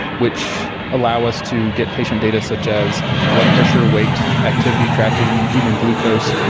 which allow us to get patient data such as blood pressure, weight, activity tracking, even glucose,